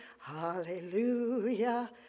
Hallelujah